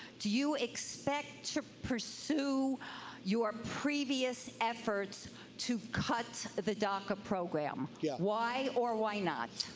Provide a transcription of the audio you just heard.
do you expect to pursue your previous efforts to cut the daca program? yeah why or why not?